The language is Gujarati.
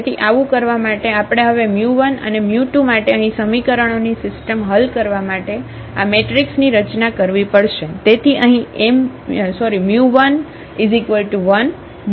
તેથી આવું કરવા માટે આપણે હવે 1 અને2 માટે અહીં સમીકરણોની સિસ્ટમ હલ કરવા માટે આ મેટ્રિક્સની રચના કરવી પડશે